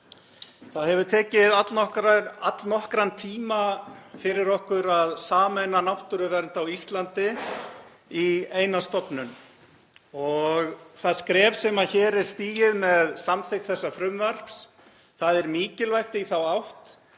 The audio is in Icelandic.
Það hefur tekið allnokkurn tíma fyrir okkur að sameina náttúruvernd á Íslandi í eina stofnun. Það skref sem hér er stigið með samþykkt þessa frumvarps er mikilvægt í þá átt